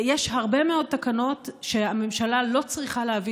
יש הרבה מאוד תקנות שהממשלה לא צריכה להביא